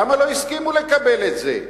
למה לא הסכימו לקבל את זה?